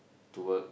to work